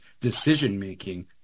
decision-making